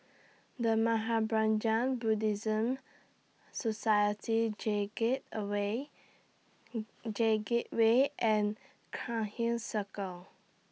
The Mahaprajna Buddhist Society J Gate away J Gateway and Cairnhill Circle